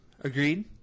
Agreed